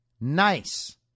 nice